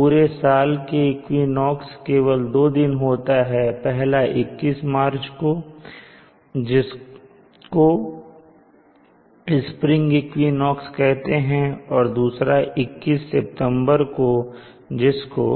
पूरे साल में इक्विनोक्स केवल 2 दिन होता है पहला 21 मार्च जिसको स्प्रिंग इक्विनोक्स कहते हैं और दूसरा 21 सितंबर जिसको